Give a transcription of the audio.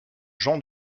jean